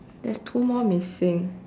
there's two more missing